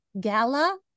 gala